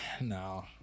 no